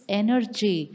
energy